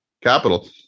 capital